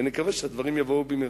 ונקווה שהדברים יבואו במהרה.